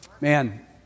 Man